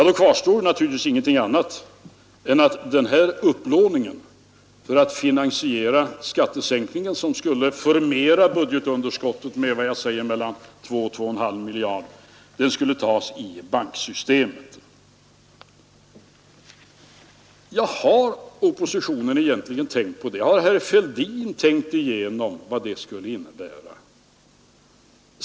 Då kvarstår naturligtvis inget annat än att den här upplåningen för att finansiera skattesänkningen, som skulle förmera budgetunderskottet mellan 2 och 2,5 miljarder, måste tas i banksystemet. Har oppositionen egentligen tänkt på det? Har herr Fälldin tänkt igenom vad det skulle innebära?